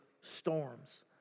storms